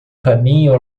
caminho